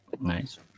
nice